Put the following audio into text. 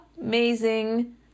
amazing